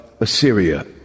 Assyria